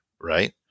Right